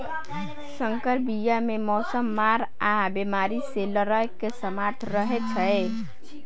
सँकर बीया मे मौसमक मार आ बेमारी सँ लड़ैक सामर्थ रहै छै